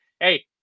hey